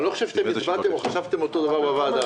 אני לא חושב שאתם הצבעתם או חשבתם אותו דבר בוועדה.